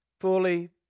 fully